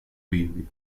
vivi